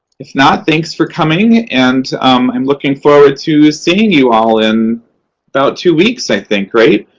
if not, thanks for coming, and um i'm looking forward to seeing you all in about two weeks, i think, right?